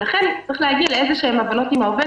לכן צריך להגיע לאילו הבנות עם העובד,